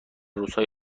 روزهای